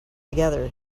together